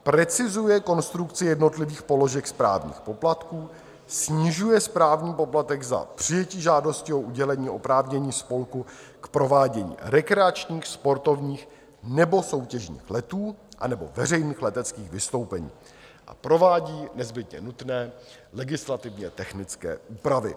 Precizuje konstrukci jednotlivých položek správních poplatků, snižuje správní poplatek za přijetí žádosti o udělení oprávnění spolku k provádění rekreačních, sportovních nebo soutěžních letů anebo veřejných leteckých vystoupení a provádí nezbytně nutné legislativně technické úpravy.